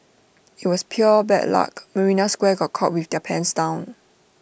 IT was pure bad luck marina square got caught with their pants down